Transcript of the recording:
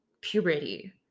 puberty